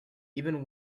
even